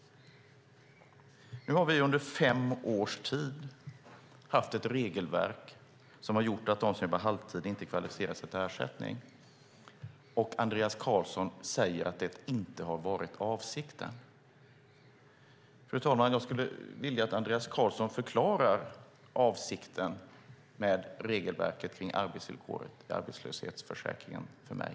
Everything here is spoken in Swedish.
Nu har vi under fem års tid haft ett regelverk som har gjort att de som jobbar halvtid inte kvalificerar sig för ersättning, och Andreas Carlson säger att det inte har varit avsikten. Fru talman! Jag skulle vilja att Andreas Carlson förklarar avsikten med regelverket kring arbetsvillkoret i arbetslöshetsförsäkringen för mig.